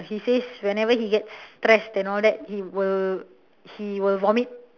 he says whenever he get stressed and all that he will he will vomit